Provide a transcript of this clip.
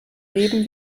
leben